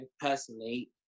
personally